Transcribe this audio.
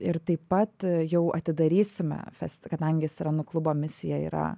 ir taip pat jau atidarysime festi kadangi sirenų klubo misija yra